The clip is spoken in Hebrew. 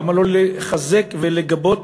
למה לא לחזק ולגבות